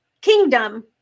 kingdom